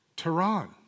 Tehran